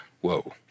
Whoa